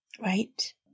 right